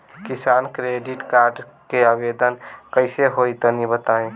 किसान credit card के आवेदन कईसे होई तनि बताई?